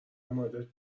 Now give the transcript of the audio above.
موردت